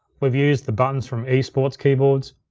we used the buttons from esports keyboards,